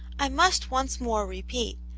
i must once more repeat,